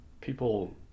People